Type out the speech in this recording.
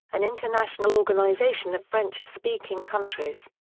an international organization of french-speaking countries.